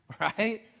right